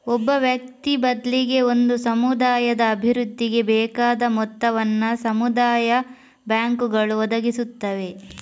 ಒಬ್ಬ ವ್ಯಕ್ತಿ ಬದ್ಲಿಗೆ ಒಂದು ಸಮುದಾಯದ ಅಭಿವೃದ್ಧಿಗೆ ಬೇಕಾದ ಮೊತ್ತವನ್ನ ಸಮುದಾಯ ಬ್ಯಾಂಕುಗಳು ಒದಗಿಸುತ್ತವೆ